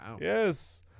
Yes